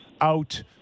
out